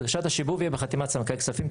דרישת השיבוב תהיה בחתימת סמנכ"לי כספים.